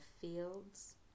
fields